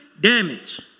damage